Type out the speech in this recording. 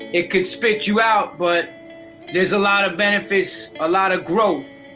it could spit you out, but there's a lot of bad and fish, a lot of growth,